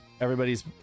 Everybody's